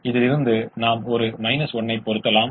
எனவே 60 கூட சாத்தியமானது மற்றும் ஒரு மதிப்பு 60